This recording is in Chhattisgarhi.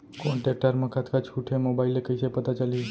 कोन टेकटर म कतका छूट हे, मोबाईल ले कइसे पता चलही?